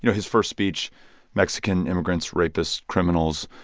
you know his first speech mexican immigrants, rapists, criminals.